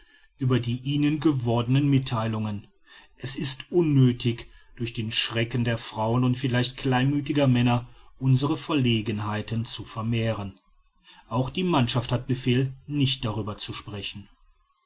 über die ihnen gewordenen mittheilungen es ist unnöthig durch den schrecken der frauen und vielleicht kleinmüthiger männer unsere verlegenheiten zu vermehren auch die mannschaft hat befehl nicht darüber zu sprechen